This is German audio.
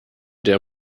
der